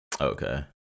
Okay